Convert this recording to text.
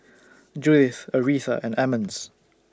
Judyth Aretha and Emmons